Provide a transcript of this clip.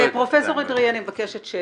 פרופ' אדרעי אני מבקשת שקט.